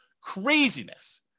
Craziness